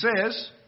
says